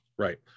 Right